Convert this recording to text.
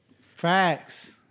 Facts